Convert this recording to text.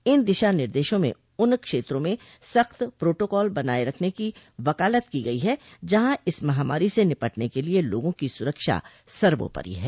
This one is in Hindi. इन दिशा निर्देशों में उन क्षेत्रों में सख्त प्रोटोकॉल बनाये रखने की वकालत की गई है जहां इस महामारी से निपटने के लिए लोगों की सुरक्षा सर्वोपरि है